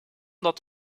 dat